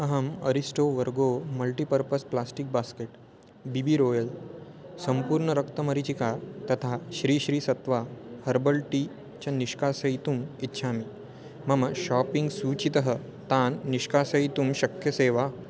अहम् अरिस्टो वर्गो multipurpose plastic basket B B Royal सम्पूर्ण रक्तमरीचिका तथा श्रीश्रीस हर्बल् टी च निष्कासयितुम् इच्छामि मम शापिङ्ग् सूचितः तान् निष्कासयितुं शक्यसे वा